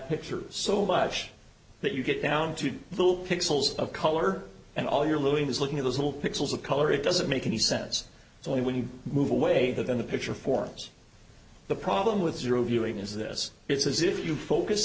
picture so much that you get down to little pixels of color and all your louis is looking at those little pixels of color it doesn't make any sense it's only when you move away that in the picture forms the problem with zero viewing is this it's as if you focus